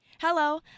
Hello